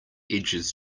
edges